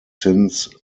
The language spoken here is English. since